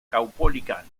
caupolicán